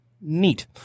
Neat